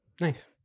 Nice